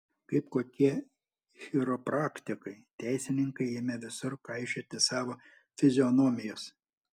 kaip kokie chiropraktikai teisininkai ėmė visur kaišioti savo fizionomijas